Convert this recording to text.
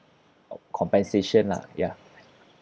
compensation lah ya